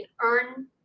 earn